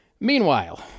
Meanwhile